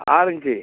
orange